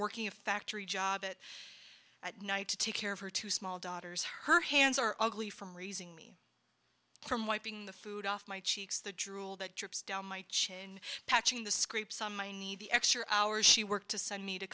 working a factory job it at night to take care of her two small daughters her hands are ugly from raising me from wiping the food off my cheeks the drool that drips down my chin patching the scrapes on my knee the extra hours she worked to send me to